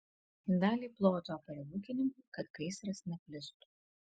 dalį ploto aparė ūkininkai kad gaisras neplistų